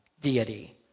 deity